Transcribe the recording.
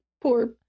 poor